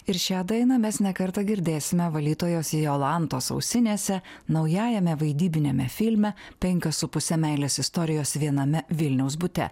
ir šią dainą mes ne kartą girdėsime valytojos jolantos ausinėse naujajame vaidybiniame filme penkios su puse meilės istorijos viename vilniaus bute